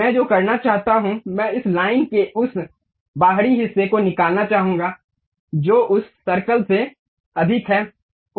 मैं जो करना चाहता हूं मैं इस लाइन के उस बाहरी हिस्से को निकालना चाहूंगा जो उस सर्कल से अधिक है